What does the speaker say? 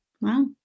Wow